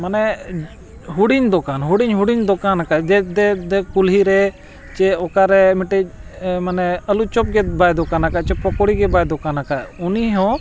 ᱢᱟᱱᱮ ᱦᱩᱰᱤᱧ ᱫᱚᱠᱟᱱ ᱦᱩᱰᱤᱧ ᱦᱩᱰᱤᱧ ᱫᱚᱠᱟᱱ ᱟᱠᱟᱫ ᱟᱭ ᱫᱮ ᱫᱮ ᱫᱮ ᱠᱩᱞᱦᱤ ᱨᱮ ᱪᱮᱫ ᱚᱠᱟᱨᱮ ᱢᱤᱫᱴᱤᱡ ᱢᱟᱱᱮ ᱟᱞᱩ ᱪᱚᱯ ᱜᱮ ᱵᱟᱭ ᱫᱚᱠᱟᱱ ᱟᱠᱟᱫ ᱥᱮ ᱯᱚᱠᱚᱲᱤ ᱜᱮ ᱵᱟᱭ ᱫᱚᱠᱟᱱ ᱟᱠᱟᱫ ᱩᱱᱤ ᱦᱚᱸ